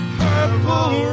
purple